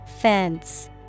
Fence